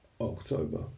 October